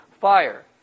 fire